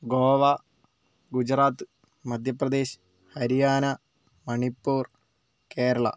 Goa Gujarat Madhya Pradesh Haryana Manipur Kerala